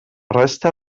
resta